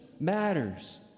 matters